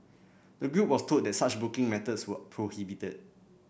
the group was told that such booking methods were prohibited